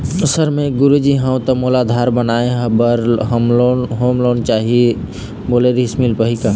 Sir मे एक गुरुजी हंव ता मोला आधार बनाए बर होम लोन चाही बोले रीहिस मील पाही का?